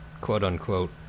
quote-unquote